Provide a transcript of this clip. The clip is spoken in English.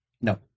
No